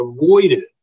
avoided